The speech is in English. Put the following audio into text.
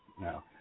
No